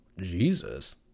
jesus